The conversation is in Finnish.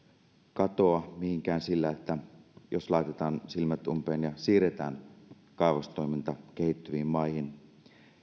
katoa mihinkään sillä jos laitetaan silmät umpeen ja siirretään kaivostoiminta kehittyviin maihin